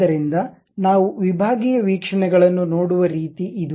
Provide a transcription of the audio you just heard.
ಆದ್ದರಿಂದ ನಾವು ವಿಭಾಗೀಯ ವೀಕ್ಷಣೆಗಳನ್ನು ನೋಡುವ ರೀತಿ ಇದು